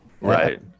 right